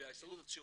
וההסתדרות הציונית,